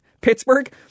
Pittsburgh